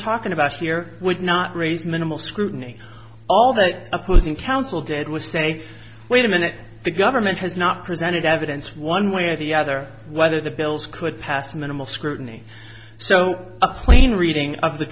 talking about here would not raise minimal scrutiny all the opposing counsel did was say wait a minute the government has not presented evidence one way or the other whether the bills could pass minimal scrutiny so a plain reading of the